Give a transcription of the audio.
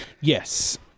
yes